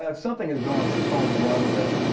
ah something has gone profoundly wrong there.